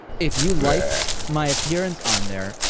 if you liked my appearance on there,